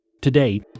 Today